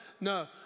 no